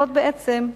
זאת בעצם,